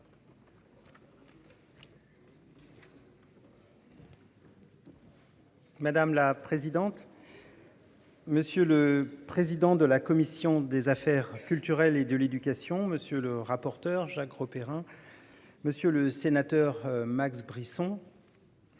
Madame la présidente. Monsieur le président de la commission des affaires culturelles et de l'éducation, monsieur le rapporteur, Jacques Grosperrin. Monsieur le sénateur, Max Brisson.